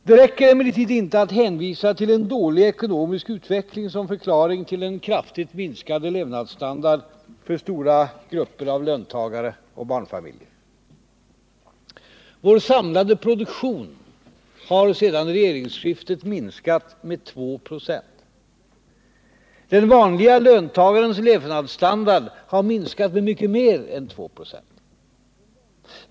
Det räcker emellertid inte att hänvisa till en dålig ekonomisk utveckling som förklaring till den kraftigt minskade levnadsstandarden för stora grupper av löntagare och barnfamiljer. Vår samlade produktion har sedan regeringsskiftet minskat med 2 26. Den vanlige löntagarens levnadsstandard har minskat med mycket mer än 2 96.